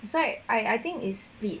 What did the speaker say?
that's why I I think is split